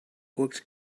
looked